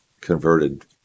converted